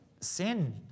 Sin